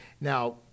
Now